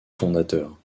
fondateurs